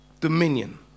Dominion